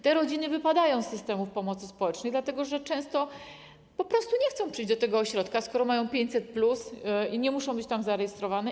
Te rodziny wypadają z systemów pomocy społecznej, dlatego że często po prostu nie chcą przyjść do tego ośrodka, skoro mają 500+ i nie muszą być tam zarejestrowane.